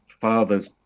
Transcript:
father's